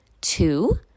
Two